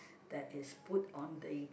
that is put on the